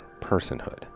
personhood